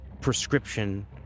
prescription